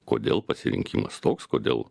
kodėl pasirinkimas toks kodėl